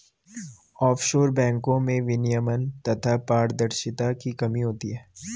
offshore बैंको में विनियमन तथा पारदर्शिता की कमी होती है